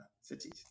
cities